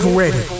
ready